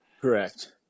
Correct